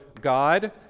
God